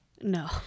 No